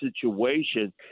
situation